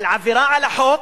על עבירה על החוק,